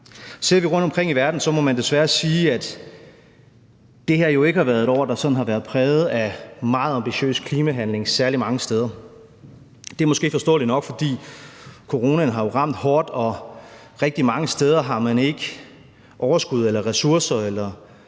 Ser vi rundtomkring i verden, må man desværre sige, at det her jo ikke har været et år, der sådan har været præget af meget ambitiøs klimahandling særlig mange steder. Det er måske forståeligt nok, fordi coronaen jo har ramt hårdt, og rigtig mange steder har man ikke overskud til, ressourcer til